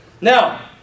Now